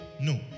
no